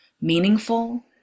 meaningful